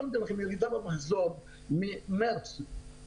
אבל אתן לכם נתונים קצרים: ירידה במחזור ממרץ 2020